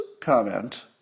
comment